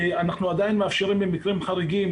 אנחנו עדיין מאפשרים במקרים חריגים,